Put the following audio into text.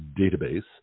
database